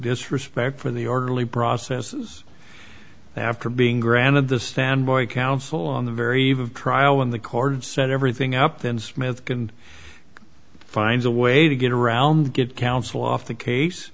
disrespect for the orderly processes after being granted this fanboy counsel on the very eve of trial when the cards set everything up then smith can find a way to get around get counsel off the case